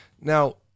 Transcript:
Now